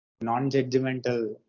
Non-judgmental